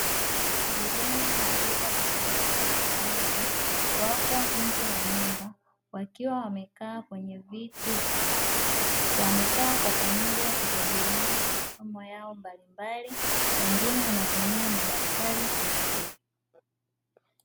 Vijana wa rika tofautitofauti wako nje ya nyumba, wakiwa wamekaa kwenye viti vya mbao, wamekaa kwa pamoja wakijadiliana masomo yao mbalimbali, wengine wanatumia madaftari kunakili.